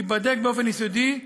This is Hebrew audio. תיבדק באופן יסודי,